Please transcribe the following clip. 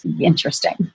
Interesting